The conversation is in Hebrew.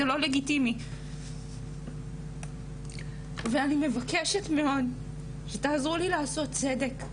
זה לא לגיטימי ואני מבקשת מאוד שתעזרו לי לעשות צדק,